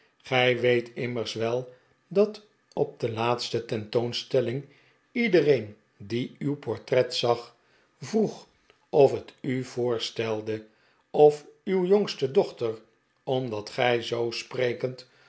gij weet immers wel dat op de laatste tentoonstelling iedereen die uw portret zag vroeg of het u voorstelde of uw jongste dochter omdat gij zoo sprekend